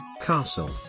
Castle